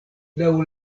laŭ